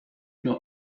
not